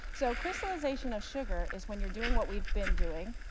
so crystallization of sugar is when you're doing what we've been doing,